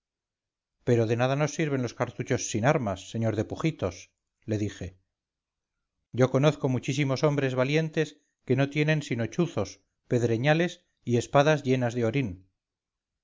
pero de nada nos sirven los cartuchos sin armas sr de pujitos le dije yo conozco muchísimos hombres valientes que no tienen sino chuzos pedreñales y espadas llenas de orín